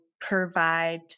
provide